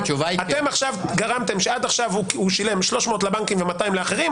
אתם עכשיו גרמתם שעד עכשיו הוא שילם 300 לבנקים ו-200 לאחרים,